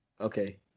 Okay